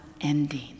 ending